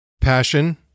Passion